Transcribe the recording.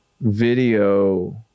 video